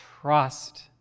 trust